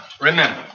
Remember